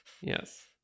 yes